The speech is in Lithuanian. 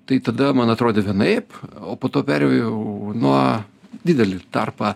tai tada man atrodė vienaip o po to perėjau nuo didelį tarpą